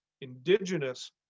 indigenous